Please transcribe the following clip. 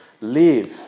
Live